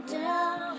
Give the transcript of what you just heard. down